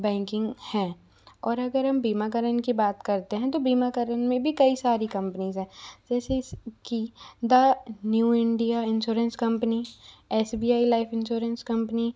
banking हैं और अगर हम बीमाकरण की बात करतें हैं तो बीमाकरण में भी कई सारी कंपनीज़ है जैसे कि the New India insurance company S B I life insurance company